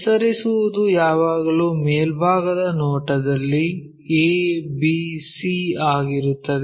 ಹೆಸರಿಸುವುದು ಯಾವಾಗಲೂ ಮೇಲ್ಭಾಗದ ನೋಟದಲ್ಲಿ a b c ಆಗಿರುತ್ತದೆ